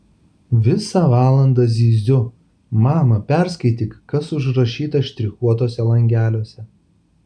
visą valandą zyziu mama perskaityk kas užrašyta štrichuotuose langeliuose